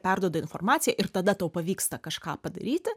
perduoda informaciją ir tada tau pavyksta kažką padaryti